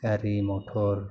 गारि मथर